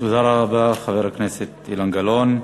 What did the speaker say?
תודה רבה, חבר הכנסת אילן גלאון.